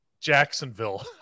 Jacksonville